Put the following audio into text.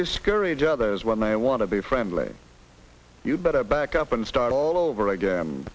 discourage others when they want to be friendly so you better back up and start all over again